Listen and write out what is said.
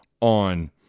on